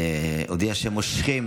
ממלאת המקום הודיעה שמושכים